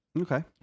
Okay